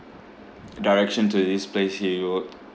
direction to this place he would